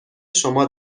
شما